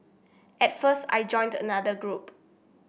at first I joined another group